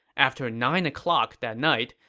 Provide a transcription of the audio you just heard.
after nine o'clock that night,